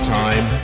time